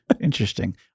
Interesting